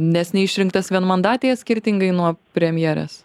nes neišrinktas vienmandatėje skirtingai nuo premjerės